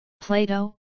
Plato